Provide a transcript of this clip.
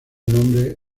nombre